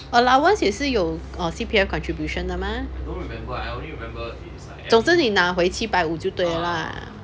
allowance 也是有 C_P_F contribution 的嘛总之你拿回七百五就对了啦